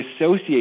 associate